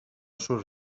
surt